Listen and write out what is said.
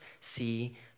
see